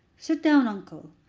sit down, uncle.